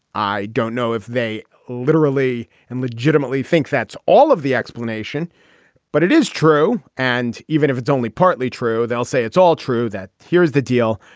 i don't know if they literally and legitimately think that's all of the explanation but it is true. and even if it's only partly true they'll say it's all true that here's the deal.